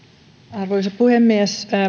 arvoisa puhemies